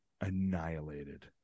annihilated